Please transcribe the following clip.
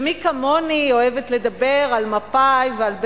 ומי כמוני אוהבת לדבר על מפא"י ועל בן-גוריון,